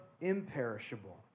imperishable